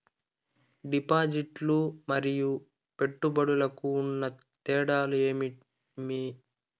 డిపాజిట్లు లు మరియు పెట్టుబడులకు ఉన్న తేడాలు ఏమేమీ?